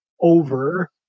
over